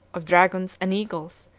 of dragons and eagles,